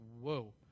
whoa